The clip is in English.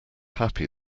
happy